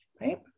right